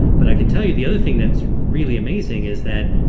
but i can tell you the other thing that's really amazing is that